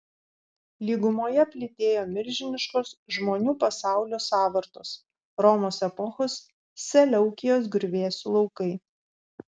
lygumoje plytėjo milžiniškos žmonių pasaulio sąvartos romos epochos seleukijos griuvėsių laukai